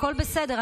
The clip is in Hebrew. הכול בסדר.